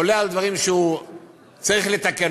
עולה על דברים שהוא צריך לתקן,